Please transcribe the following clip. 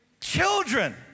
children